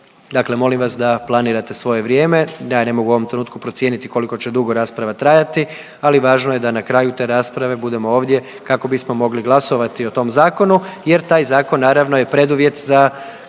Dakle, molim vas da planirate svoje vrijeme. Ja ne mogu u ovom trenutku procijeniti koliko će dugo rasprava trajati, ali važno je da na kraju te rasprave budemo ovdje kako bismo mogli glasovati o tom zakonu jer taj zakon naravno je preduvjet za